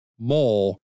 Mole